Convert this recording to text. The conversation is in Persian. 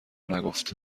نگفت